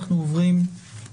הצבעה בעד 1 נגד 0 נמנעים 1 אושר.